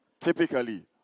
typically